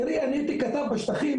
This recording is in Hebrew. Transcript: תראי, אני הייתי כתב בשטחים,